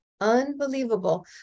unbelievable